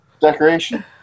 Decoration